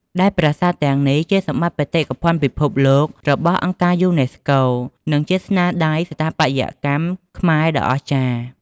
ដែលប្រាសាទទាំងនេះ ជាសម្បត្តិបេតិកភណ្ឌពិភពលោករបស់អង្គការយូណេស្កូ និងជាស្នាដៃស្ថាបត្យកម្មខ្មែរដ៏អស្ចារ្យ។